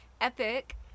epic